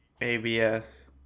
Abs